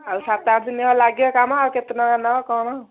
ଆଉ ସାତ ଆଠ ଦିନ ହେଲା ଲାଗିବ କାମ ଆଉ କେତେ ଟଙ୍କା ନେବ କ'ଣ